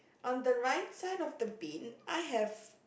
on the right side of the bin I have